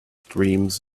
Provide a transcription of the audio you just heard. dreams